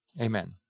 Amen